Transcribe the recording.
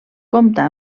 compta